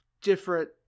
different